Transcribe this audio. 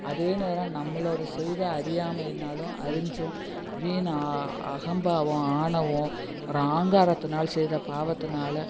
அதே நேரம் நம்மளோடய செய்த அறியாமையினாலும் அறிஞ்சும் வீண் அகம்பாவம் ஆணவம் ஒரு ஆங்காரத்தினால் செய்த பாவத்தினால